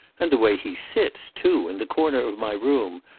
and the way he sits, too, in the corner of my room,